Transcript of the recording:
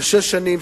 של שש שנים,